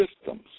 systems